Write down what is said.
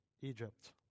Egypt